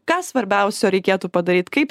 ką svarbiausio reikėtų padaryti kaip